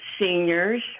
seniors